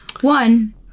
One